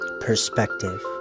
perspective